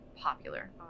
popular